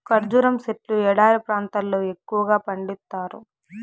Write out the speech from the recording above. ఖర్జూరం సెట్లు ఎడారి ప్రాంతాల్లో ఎక్కువగా పండిత్తారు